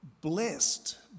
Blessed